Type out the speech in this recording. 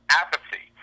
apathy